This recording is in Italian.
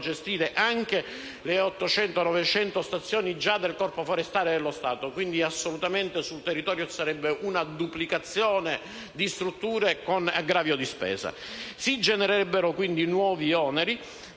gestire anche le 800, 900 stazioni già del Corpo forestale dello Stato; quindi sul territorio ci sarebbe una duplicazione di strutture, con relativo aggravio di spesa. Si genererebbero nuovi oneri,